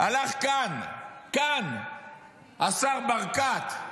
הלך כאן השר ברקת,